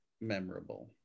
memorable